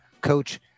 Coach